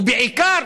ובעיקר